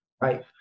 Right